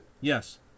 Yes